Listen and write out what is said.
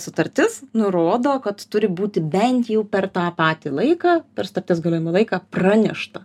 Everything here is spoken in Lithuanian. sutartis nurodo kad turi būti bent jau per tą patį laiką per sutarties galiojimo laiką pranešta